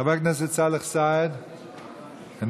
חבר הכנסת סאלח סעד, איננו,